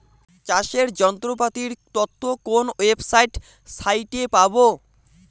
চাষের যন্ত্রপাতির তথ্য কোন ওয়েবসাইট সাইটে পাব?